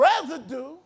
residue